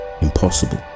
impossible